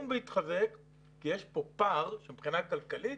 ויתחזק כי יש כאן פער שמבחינה כלכלית